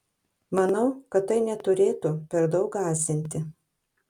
manau kad tai neturėtų per daug gąsdinti